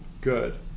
good